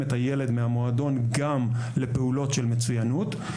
את הילד מהמועדון גם לפעולות של מצוינות,